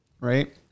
right